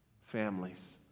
families